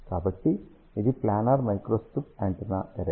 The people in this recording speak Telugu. కాబట్టి ఇది ప్లానార్ మైక్రోస్ట్రిప్ యాంటెన్నా ఎరే